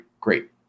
great